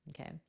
Okay